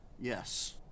Yes